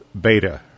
beta